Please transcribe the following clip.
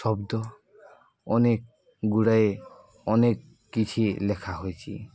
ଶବ୍ଦ ଅନେକ ଗୁଡ଼ାଏ ଅନେକ କିଛି ଲେଖା ହୋଇଛି